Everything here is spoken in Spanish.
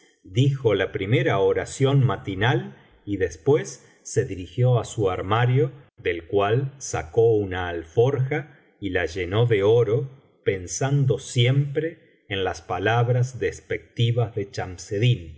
abluciones dijola primera oración matinal y después se dirigió á su armario del cual sacó una alforja y la llenó de oro pensando siempre en las palabras despectivas de